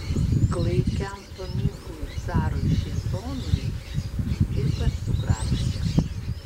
klaikiam paminklui carui šėtonui taip pat sukrapštė